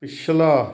ਪਿਛਲਾ